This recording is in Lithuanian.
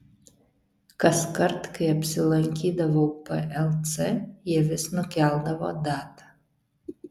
kaskart kai apsilankydavau plc jie vis nukeldavo datą